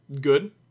good